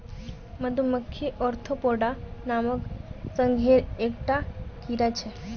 मधुमक्खी ओर्थोपोडा नामक संघेर एक टा कीड़ा छे